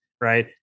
right